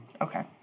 Okay